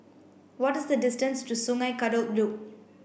what is the distance to Sungei Kadut Loop